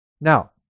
Now